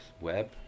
web